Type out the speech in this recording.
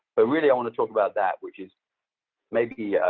but really, i want to talk about that which is maybe,